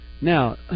Now